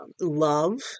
love